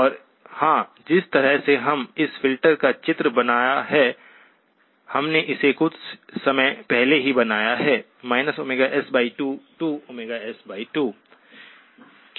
और हां जिस तरह से हम इस फिल्टर का चित्र बनाया हैं हमने इसे कुछ समय पहले ही बनाया है s2 to s2